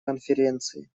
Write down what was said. конференции